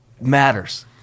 matters